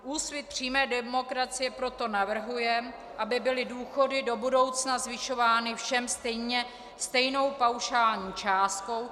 Úsvit přímé demokracie proto navrhuje, aby byly důchody do budoucna zvyšovány všem stejně, stejnou paušální částkou.